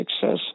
success